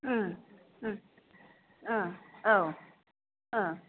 औ औ